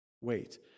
wait